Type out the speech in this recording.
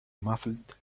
muffled